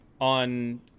on